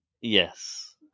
Yes